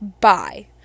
Bye